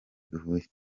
duhuye